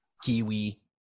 Kiwi